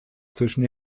zwischen